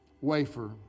wafer